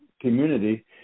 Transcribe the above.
community